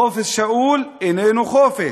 חופש שאול איננו חופש.